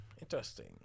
Interesting